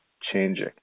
changing